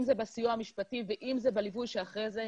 אם זה בסיוע המשפטי ואם זה בליווי שאחרי זה.